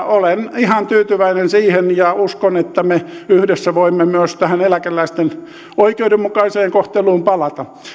olen ihan tyytyväinen siihen ja uskon että me yhdessä voimme myös tähän eläkeläisten oikeudenmukaiseen kohteluun palata